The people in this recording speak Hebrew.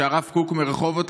שהרב קוק מרחובות,